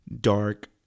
Dark